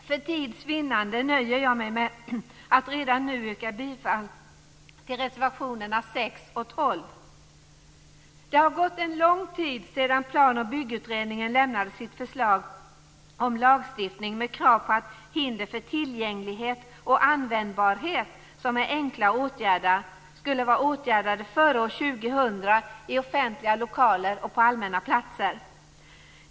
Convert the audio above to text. För tids vinnande nöjer jag mig med att redan nu yrka bifall till reservationerna 6 och 12. Det har gått en lång tid sedan Plan och byggutredningen lämnade sitt förslag om lagstiftning med krav på att hinder för tillgänglighet och användbarhet som är enkla att åtgärda skulle vara åtgärdade före år 2000 i offentliga lokaler och på allmänna platser.